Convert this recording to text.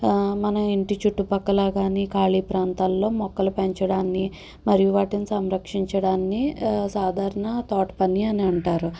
మన ఇంటి చుట్టుపక్కల కాని ఖాళీ ప్రాంతాల్లో మొక్కలు పెంచడాన్ని మరియు వాటిని సంరక్షించడాన్ని సాధారణ తోట పని అని అంటారు